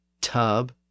tub